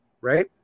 Right